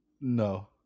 No